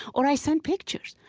or i send pictures.